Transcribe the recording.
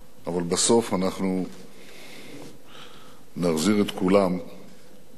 אבל בסוף אנחנו נחזיר את כולם ונדע